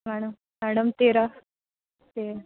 madam madam तेरा ते